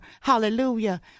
Hallelujah